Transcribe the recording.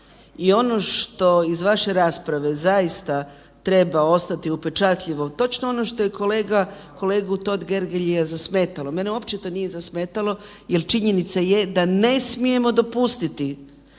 I ono što iz vaše rasprave treba zaista ostati upečatljivo, točno ono što je kolegu Totgergelia zametalo, mene uopće to nije zasmetalo jer činjenica je da ne smijemo dopustiti